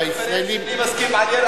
אין מחלוקת, אני אתך.